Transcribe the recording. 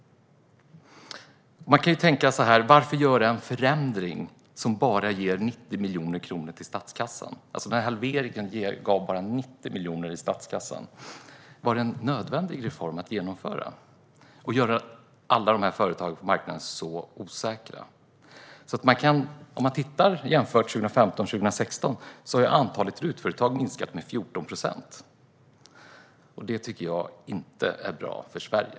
Man kan ju tänka så här: Varför göra en förändring som bara ger 90 miljoner kronor till statskassan? Halveringen gav bara 90 miljoner till statskassan. Var det nödvändigt att genomföra den reformen och göra alla företag på marknaden osäkra? Om man jämför 2015 och 2016 ser man att antalet RUT-företag har minskat med 14 procent. Det tycker jag inte är bra för Sverige.